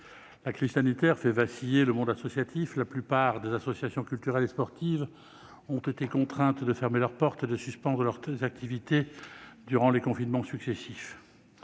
la crise sanitaire fait vaciller le monde associatif. La plupart des associations culturelles et sportives ont été contraintes de fermer leurs portes et de suspendre leurs activités durant les confinements successifs.